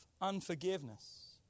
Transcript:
unforgiveness